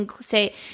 say